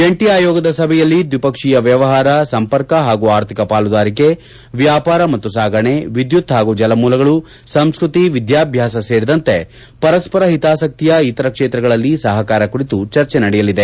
ಜಂಟಿ ಆಯೋಗದ ಸಭೆಯಲ್ಲಿ ದ್ವಿಪಕ್ಷೀಯ ವ್ಯವಹಾರ ಸಂಪರ್ಕ ಹಾಗೂ ಆರ್ಥಿಕ ಪಾಲುದಾರಿಕೆ ವ್ಯಾಪಾರ ಮತ್ತು ಸಾಗಣೆ ವಿದ್ಯುತ್ ಹಾಗೂ ಜಲ ಮೂಲಗಳು ಸಂಸ್ಕೃತಿ ವಿದ್ಯಾಭ್ಯಾಸ ಸೇರಿದಂತೆ ಪರಸ್ಪರ ಹಿತಾಸಕ್ತಿಯ ಇತರ ಕ್ಷೇತ್ರಗಳಲ್ಲಿ ಸಹಕಾರ ಕುರಿತು ಚರ್ಚೆ ನಡೆಯಲಿದೆ